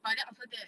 but then after that